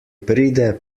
pride